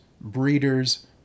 breeders